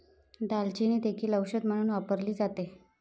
दालचिनी देखील औषध म्हणून वापरली जाते